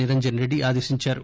నిరంజన్ రెడ్డి ఆదేశించారు